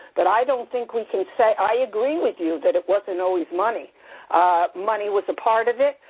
but i don't think we can say-i agree with you that it wasn't always money money was a part of it,